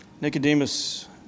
Nicodemus